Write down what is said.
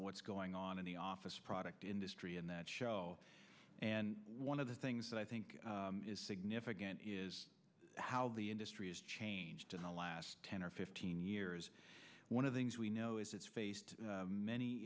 what's going on in the office product industry in that show and one of the things that i think is significant is how the industry has changed in the last ten or fifteen years one of the things we know is it's faced many